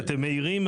כי אתם מעירים,